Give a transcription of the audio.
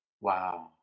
Wow